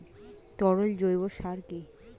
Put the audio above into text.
তরল জৈব সার কি?